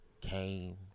came